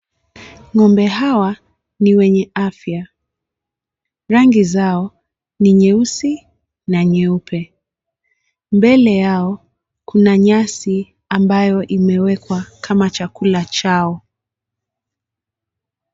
Ng'ombe hawa, ni wenye afya. Rangi zao, ni nyeusi na nyeupe. Mbele yao, kuna nyasi, ambayo imewekwa kama chakula chao.